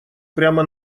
прямо